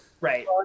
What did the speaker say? Right